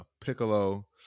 Piccolo